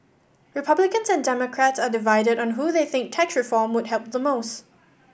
republicans and Democrats are divided on who they think tax reform would help the most